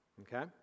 okay